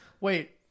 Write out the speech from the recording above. Wait